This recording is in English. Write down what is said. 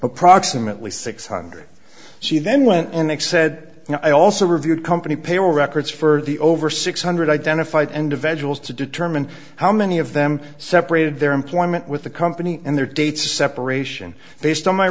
approximately six hundred she then went in excess i also reviewed company payroll records for the over six hundred identified and eventually to determine how many of them separated their employment with the company and their dates separation based on my